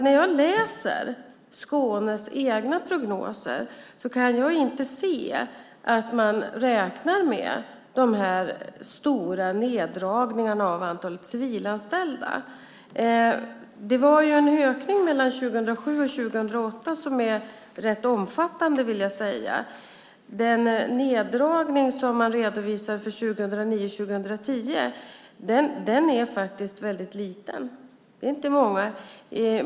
När jag läser Skånes egna prognoser kan jag inte se att man räknar med de här stora neddragningarna av antalet civilanställda. Det var en ökning mellan 2007 och 2008 som var rätt omfattande. Den neddragning som man redovisar för 2009 och 2010 är faktiskt väldigt liten. Det är inte många.